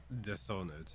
Dishonored